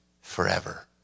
forever